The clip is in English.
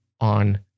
on